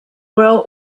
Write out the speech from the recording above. well